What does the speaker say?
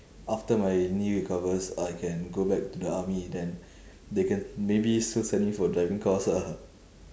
after my knee recovers I can go back to the army then they can maybe still send me for driving course ah